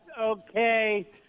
okay